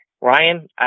Ryan